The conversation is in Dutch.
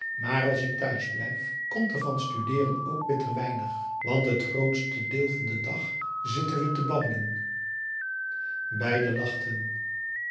maar als ik thuis blijf komt er van studeeren ook bitter weinig want het grootste deel van den dag zitten we te babbelen beiden lachten